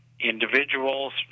individuals